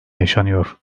yaşanıyor